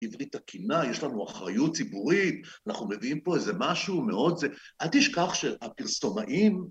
עברית תקינה, יש לנו אחריות ציבורית, אנחנו מביאים פה איזה משהו מאוד, זה... אל תשכח שהפרסומאים...